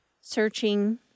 searching